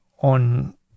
on